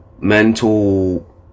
mental